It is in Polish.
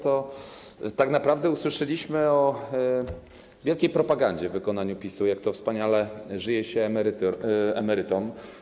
Tak naprawdę usłyszeliśmy o wielkiej propagandzie w wykonaniu PiS-u, jak to wspaniale żyje się emerytom.